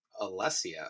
alessia